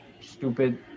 stupid